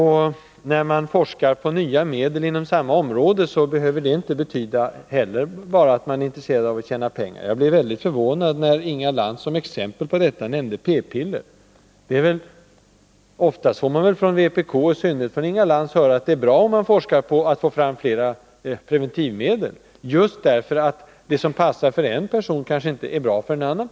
När man forskar på nya medel inom ett och samma område behöver det inte betyda att man bara är intresserad av att tjäna pengar. Jag blev mycket förvånad över att Inga Lantz som exempel på forskning rörande likvärdiga preparat nämnde forskningen om p-piller. Oftast får vi från vpk, och i synnerhet från Inga Lantz, höra att det är bra om man forskar för att få fram flera preventivmedel, just därför att det som passar för en person kanske inte är bra för en annan.